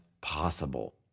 possible